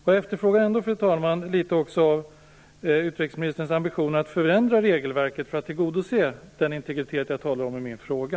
Jag efterfrågar, fru talman, utrikesministerns ambitioner att förändra regelverket för att tillgodose det krav på integritet jag talar om i min fråga.